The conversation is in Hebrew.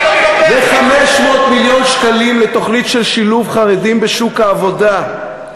ו-500 מיליון שקלים לתוכנית של שילוב חרדים בשוק העבודה.